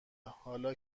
حالا